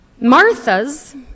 Martha's